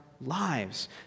lives